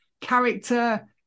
character